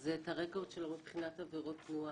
את הרקורד שלו מבחינת עבירות תנועה.